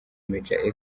major